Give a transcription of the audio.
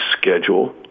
schedule